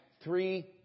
three